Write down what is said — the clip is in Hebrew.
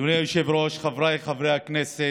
אדוני היושב-ראש, חבריי חברי הכנסת,